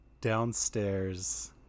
Downstairs